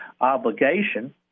obligation